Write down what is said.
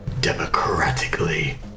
democratically